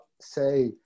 say